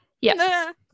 Yes